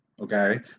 okay